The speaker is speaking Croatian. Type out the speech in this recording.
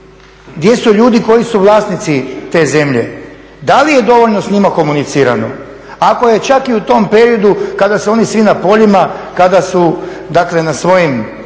Gdje su ljudi koji su vlasnici te zemlje? Da li je dovoljno s njima komunicirano ako je čak i u tom periodu kada su svi oni na poljima, kada su dakle na svojim